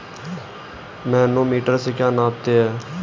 Manometer से क्या नापते हैं?